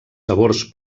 sabors